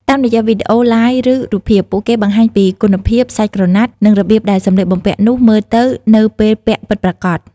តាមរយៈវីដេអូ ឡាយ ឬរូបភាព ពួកគេបង្ហាញពីគុណភាព សាច់ក្រណាត់ និងរបៀបដែលសម្លៀកបំពាក់នោះមើលទៅនៅពេលពាក់ពិតប្រាកដ។